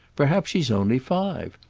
perhaps she's only five.